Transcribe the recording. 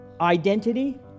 Identity